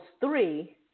three